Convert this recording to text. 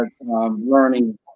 learning